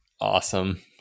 Awesome